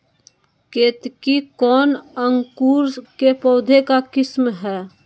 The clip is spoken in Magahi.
केतकी कौन अंकुर के पौधे का किस्म है?